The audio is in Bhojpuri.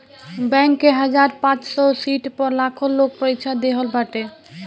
बैंक के हजार पांच सौ सीट पअ लाखो लोग परीक्षा देहले बाटे